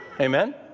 Amen